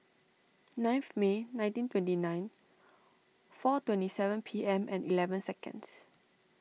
ninth May nineteen twenty nine four twenty seven P M and eleven seconds